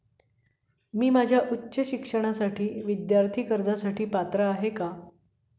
मी माझ्या उच्च शिक्षणासाठी विद्यार्थी कर्जासाठी पात्र आहे का?